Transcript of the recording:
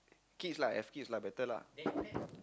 kids lah have kids lah better lah